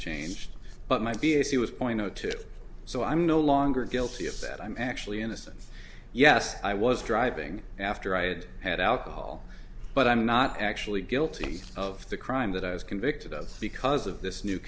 changed but my b c was point zero two so i'm no longer guilty of that i'm actually innocent yes i was driving after i had had alcohol but i'm not actually guilty of the crime that i was convicted of because of this new